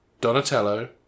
Donatello